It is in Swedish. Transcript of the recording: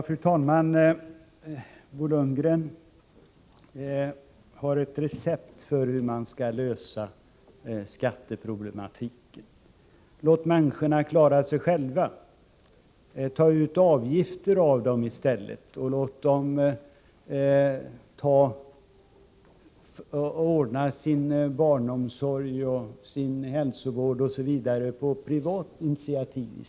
Fru talman! Bo Lundgren har ett recept för hur man skall lösa skatteproblematiken: Låt människorna klara sig själva. Ta ut avgifter av dem i stället och låt dem ordna sin barnomsorg, sin hälsovård osv. på privat initiativ.